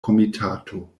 komitato